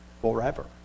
forever